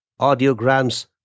audiograms